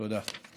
תודה.